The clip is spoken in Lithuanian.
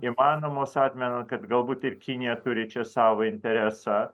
įmanomos atmenant kad galbūt ir kinija turi čia savo interesą